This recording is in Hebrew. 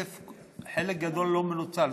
שחלק גדול מהכסף לא מנוצל.